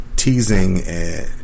Teasing